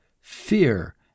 FEAR